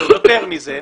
יותר מזה,